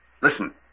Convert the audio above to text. Listen